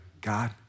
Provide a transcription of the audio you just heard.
God